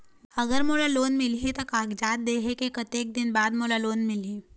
अगर मोला लोन मिलही त कागज देहे के कतेक दिन बाद मोला लोन मिलही?